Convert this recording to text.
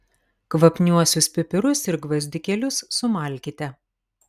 kvapniuosius pipirus ir gvazdikėlius sumalkite